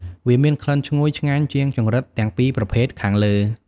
វាមានក្លិនឈ្ងុយឆ្ងាញ់ជាងចង្រិតទាំងពីរប្រភេទខាងលើ។